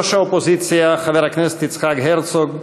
ראש האופוזיציה חבר הכנסת יצחק הרצוג,